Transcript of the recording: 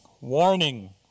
warning